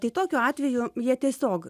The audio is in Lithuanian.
tai tokiu atveju jie tiesiog